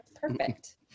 perfect